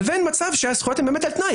למצב שהזכויות הן באמת על תנאי.